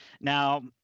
Now